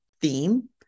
theme